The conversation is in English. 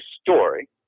story